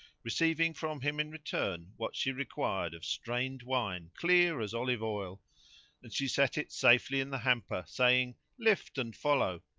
receiving from him in return what she required of strained wine clear as olive oil and she set it safely in the hamper, saying lift and follow.